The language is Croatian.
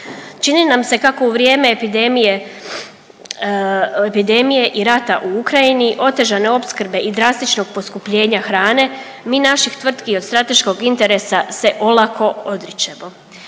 Čini nam se kako u vrijeme epidemije, epidemije i rata u Ukrajini, otežane opskrbe i drastičnog poskupljenja hrane mi naših tvrtki od strateškog interesa se olako odričemo.